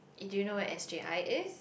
it do you know where S_J_I is